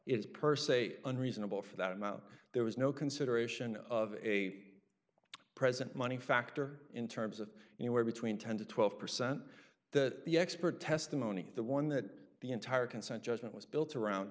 is per se unreasonable for that amount there was no consideration of a present money factor in terms of you know where between ten to twelve percent that the expert testimony the one that the entire consent judgment was built around